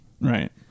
Right